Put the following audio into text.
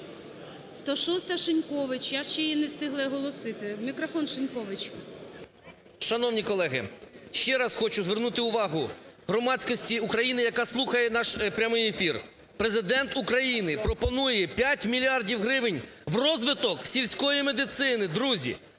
106-а, Шинькович, я ще не встигла її оголосити. Мікрофон, Шинькович. 16:25:17 ШИНЬКОВИЧ А.В. Шановні колеги! Ще раз хочу звернути увагу громадськості України, яка слухає прямий ефір, Президент України пропонує 5 мільярдів гривень в розвиток сільської медицини, друзі.